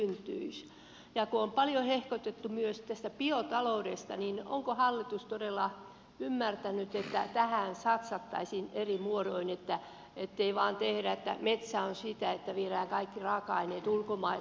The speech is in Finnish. ja kun on paljon hehkutettu myös tästä biotaloudesta niin onko hallitus todella ymmärtänyt että tähän satsattaisiin eri muodoin ettei vain ajatella että metsä on sitä että viedään kaikki raaka aineet ulkomaille